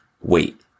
Wait